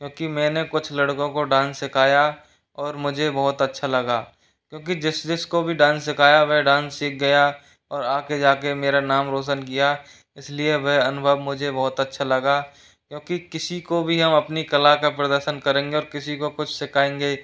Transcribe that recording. क्योंकि मैंने कुछ लड़कों को डांस सिखाया और मुझे बहुत अच्छा लगा क्योंकि जिस जिस को भी डांस सिखाया वह डांस सीख गया और आके जाके मेरा नाम रौशन किया इसलिए वह अनुभव मुझे बहुत अच्छा लगा क्योंकि किसी को भी हम अपनी कला का प्रदर्शन करेंगे और किसी को कुछ सिखाएंगे